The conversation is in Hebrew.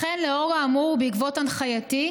לכן, לאור האמור, ובעקבות הנחייתי,